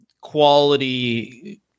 quality